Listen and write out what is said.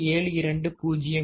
720 4